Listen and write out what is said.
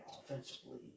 offensively